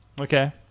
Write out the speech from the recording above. Okay